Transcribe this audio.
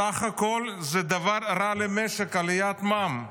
סך הכול, זה דבר רע למשק, עליית מע"מ.